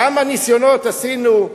כמה ניסיונות עשינו,